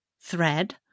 thread